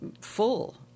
full